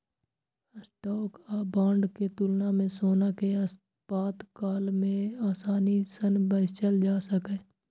stock आ bond के तुलना मे सोना कें आपातकाल मे आसानी सं बेचल जा सकैए